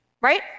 right